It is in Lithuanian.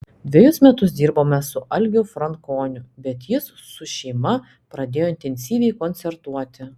dvejus metus dirbome su algiu frankoniu bet jis su šeima pradėjo intensyviai koncertuoti